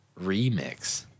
remix